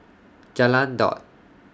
Jalan Daud